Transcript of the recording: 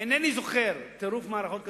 אינני זוכר טירוף מערכות כזה.